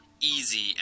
easy